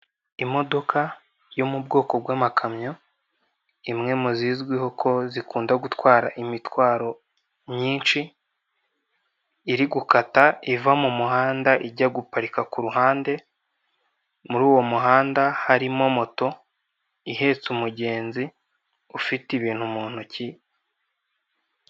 Imodoka yo mu bwoko bw'amakamyo, imwe mu zizwiho ko zikunda gutwara imitwaro myinshi, iri gukata iva mu muhanda, ijya guparika ku ruhande, muri uwo muhanda harimo moto ihetse umugenzi, ufite ibintu mu ntoki.